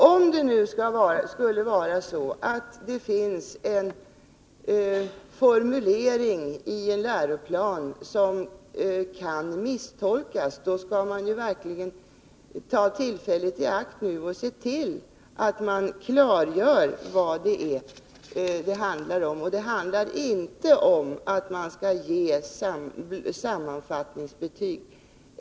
Om det nu skulle finnas en formulering i en läroplan som kan misstolkas, skall man verkligen ta tillfället i akt och se till att det klargörs vad saken handlar om. Det handlar inte om att man skall ge sammanfattningsbetyg.